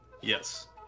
Yes